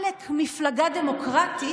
עלק מפלגה דמוקרטית,